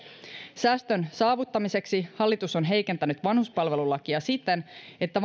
säästön saavuttamiseksi hallitus on heikentänyt vanhuspalvelulakia siten että